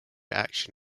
action